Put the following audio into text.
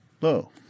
Low